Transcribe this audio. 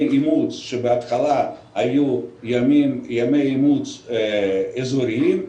אימוץ שבהתחלה היו ימי אימוץ אזוריים,